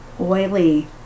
oily